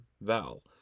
Val